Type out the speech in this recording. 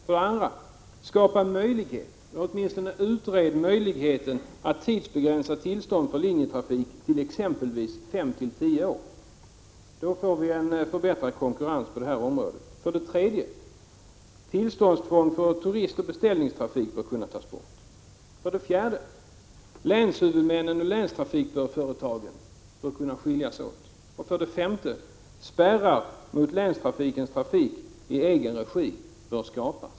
För det andra bör man utreda möjligheten att tidsbegränsa tillstånd för linjetrafik till exempelvis fem till tio år. Då får vi en förbättrad konkurrens på detta område. För det tredje bör tillståndstvång för turistoch beställningstrafik kunna tas bort. För det fjärde bör länshuvudmännen och länstrafikföretagen kunna skiljas åt. För det femte bör spärrar mot trafik i länstrafikens egen regi skapas.